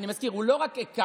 אני מזכיר, הוא לא רק הכה,